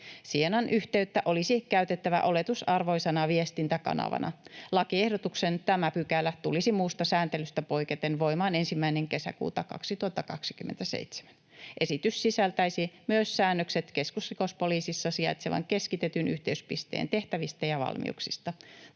SIENAn yhteyttä olisi käytettävä oletusarvoisena viestintäkanavana. Lakiehdotuksen tämä pykälä tulisi muusta sääntelystä poiketen voimaan 1. kesäkuuta 2027. Esitys sisältäisi myös säännökset keskusrikospoliisissa sijaitsevan keskitetyn yhteyspisteen tehtävistä ja valmiuksista.